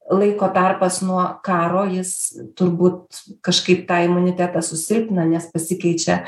laiko tarpas nuo karo jis turbūt kažkaip tą imunitetą susilpnina nes pasikeičia